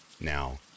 Now